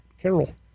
Carol